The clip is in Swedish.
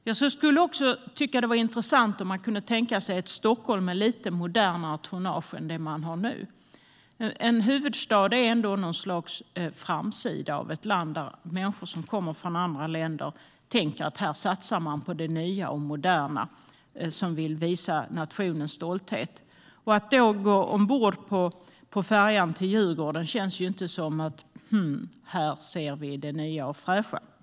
Jag skulle också tycka att det vore intressant om man kunde tänka sig ett Stockholm med lite modernare tonnage än det man har nu. En huvudstad är ändå något slags framsida av ett land. Människor som kommer från andra länder tänker att det är här man satsar på det nya och moderna och vill visa nationens stoltheter. Men när man går ombord på färjan till Djurgården känns det inte direkt som att det är där man får se det nya och fräscha.